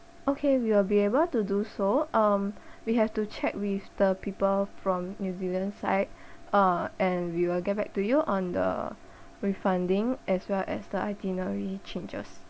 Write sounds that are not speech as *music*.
okay we will be able to do so um *breath* we have to check with the people from new zealand side *breath* uh and we will get back to you on the refunding as well as the itinerary changes